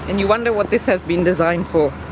and you wonder what this has been designed for.